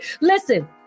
Listen